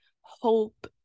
hope